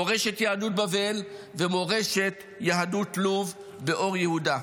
מורשת יהדות בבל ומורשת יהדות לוב באור יהודה.